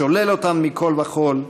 שולל אותן מכול וכול,